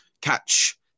catch